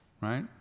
Right